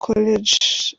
college